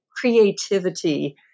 creativity